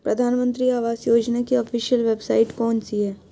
प्रधानमंत्री आवास योजना की ऑफिशियल वेबसाइट कौन सी है?